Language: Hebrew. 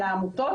על העמותות,